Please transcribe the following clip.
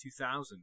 2000